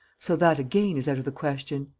so that again is out of the question.